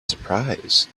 surprise